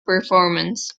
performance